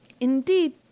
Indeed